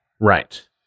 Right